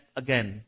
again